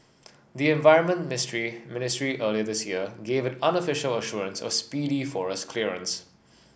the environment ministry earlier this year gave an unofficial assurance of speedy forest clearance